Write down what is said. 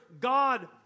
God